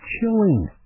chilling